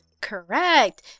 Correct